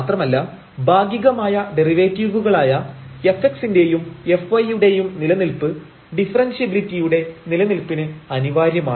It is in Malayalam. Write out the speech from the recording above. മാത്രമല്ല ഭാഗികമായ ഡെറിവേറ്റീവുകളായ fx ന്റെയും fy യുടെയും നിലനിൽപ്പ് ഡിഫറെൻഷ്യബിലിറ്റിയുടെ നിലനിൽപ്പിന് അനിവാര്യമാണ്